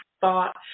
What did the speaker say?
thought